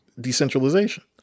decentralization